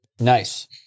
Nice